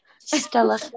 Stella